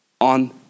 on